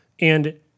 and-